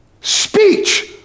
Speech